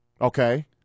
Okay